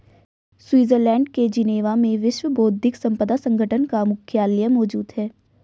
Switzerland के Geneva में विश्व बौद्धिक संपदा संगठन का मुख्यालय मौजूद है